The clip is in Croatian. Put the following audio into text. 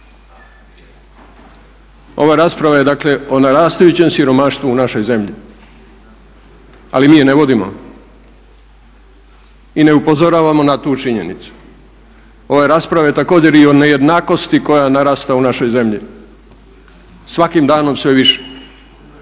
Ova rasprava je dakle o narastajućem siromaštvu u našoj zemlji, ali mi ju ne vodimo i ne upozoravamo na tu činjenicu. Ova rasprava je također i o nejednakosti koja narasta u našoj zemlji, svakim danom sve više.